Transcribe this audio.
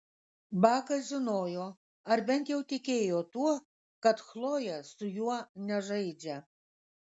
bakas žinojo ar bent jau tikėjo tuo kad chlojė su juo nežaidžia